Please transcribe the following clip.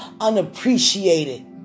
Unappreciated